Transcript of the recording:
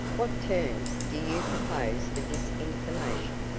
what terms do you propose for this information?